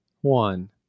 one